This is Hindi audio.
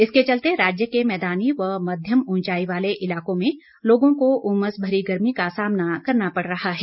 इसके चलते राज्य के मैदानी व मध्यम उंचाई वाले इलाकों में लोगों को उमस भरी गर्मी का सामना करना पड़ रहा है